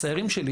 הסיירים שלי,